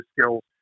skills